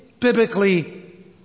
biblically